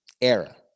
era